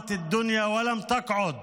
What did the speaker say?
אשר עשה בלגן